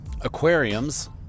aquariums